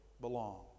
belong